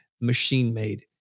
machine-made